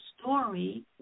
story